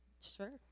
Sure